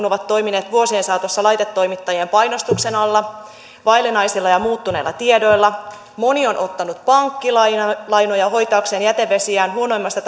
ovat toimineet vuosien saatossa laitetoimittajien painostuksen alla vaillinaisilla ja muuttuneilla tiedoilla ja joista moni on ottanut pankkilainoja hoitaakseen jätevesiään huonoimmassa